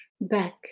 Back